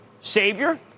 Savior